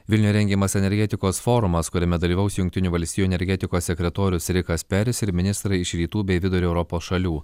vilniuje rengiamas energetikos forumas kuriame dalyvaus jungtinių valstijų energetikos sekretorius rikas peris ir ministrai iš rytų bei vidurio europos šalių